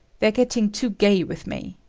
they're getting too gay with me.